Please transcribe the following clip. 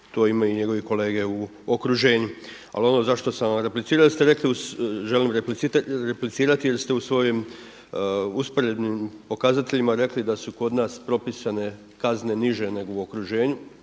to imaju i njegovi kolege u okruženju. Ali zašto sam vam replicirao, jer ste rekli želim replicirati jer ste u svojim usporednim pokazateljima rekli da su kod nas propisane kazne niže nego u okruženju,